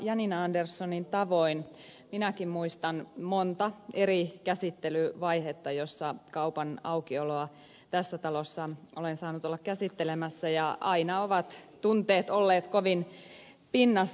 janina anderssonin tavoin minäkin muistan monta eri käsittelyvaihetta joissa kaupan aukioloa tässä talossa olen saanut olla käsittelemässä ja aina ovat tunteet olleet kovin pinnassa